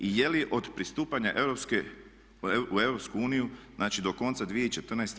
I je li od pristupanja u EU, znači do konca 2014.